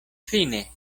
fine